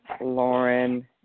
Lauren